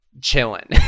chilling